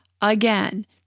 again